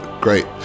great